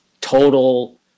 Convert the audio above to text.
total